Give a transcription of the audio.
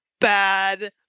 bad